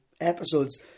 episodes